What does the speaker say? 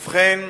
ובכן,